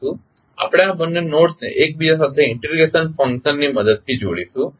આપણે આ બંને નોડ્સને એકબીજા સાથે ઇન્ટિગ્રેશન ફંકશન ની મદદથી જોડશું જેની ચર્ચા આપણે કરી છે